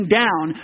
down